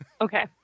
Okay